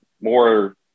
more